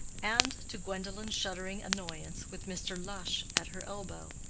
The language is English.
and, to gwendolen's shuddering annoyance, with mr. lush at her elbow.